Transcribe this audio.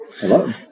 Hello